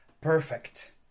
Perfect